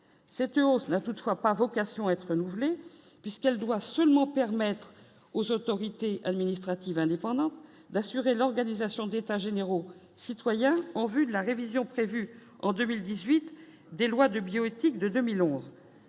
cette nuance n'a toutefois pas vocation à être renouvelé, puisqu'elle doit seulement permettre aux autorités administratives indépendantes d'assurer l'organisation d'états généraux citoyen. De la révision prévue en 2018 des lois de bioéthique de 2011,